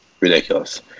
ridiculous